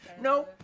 No